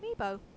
Amiibo